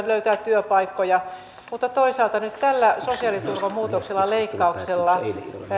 löytää työpaikkoja mutta toisaalta nyt tällä sosiaaliturvan muutoksella ja leikkauksella